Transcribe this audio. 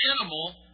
animal